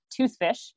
toothfish